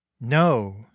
no